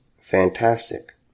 fantastic